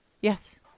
Yes